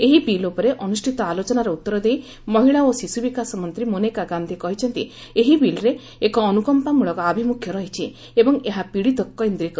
ଏହି ବିଲ୍ ଉପରେ ଅନୁଷ୍ଠିତ ଆଲୋଚନାର ଉତ୍ତର ଦେଇ ମହିଳା ଓ ଶିଶୁ ବିକାଶ ମନ୍ତ୍ରୀ ମନେକା ଗାନ୍ଧି କହିଛନ୍ତି ଏହି ବିଲ୍ରେ ଏକ ଅନୁକମ୍ପା ମୂଳକ ଆଭିମୁଖ୍ୟ ରହିଛି ଏବଂ ଏହା ପୀଡ଼ିତ କୈନ୍ଦ୍ରିକ